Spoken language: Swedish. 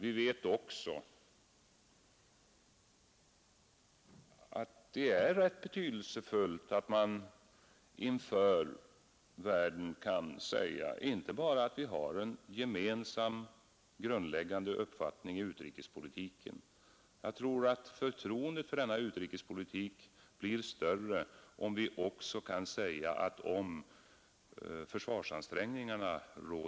Vi vet också att det är rätt betydelsefullt att vi inför världen kan säga inte bara att vi har en gemensam grundläggande uppfattning i utrikespolitiken utan även att det råder stor politisk enighet i Sverige om försvarsansträngningarna.